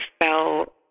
fell